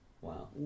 wow